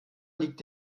liegt